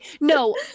no